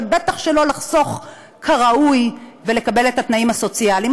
ובטח שלא לחסוך כראוי ולקבל תנאים סוציאלים.